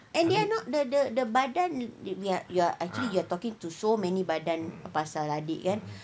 and they are not the the the badan you you you are actually you are talking to so many badan pasal your adik kan